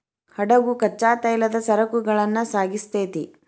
ಹಡಗು ಕಚ್ಚಾ ತೈಲದ ಸರಕುಗಳನ್ನ ಸಾಗಿಸ್ತೆತಿ